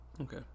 okay